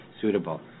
suitable